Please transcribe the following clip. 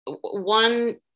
one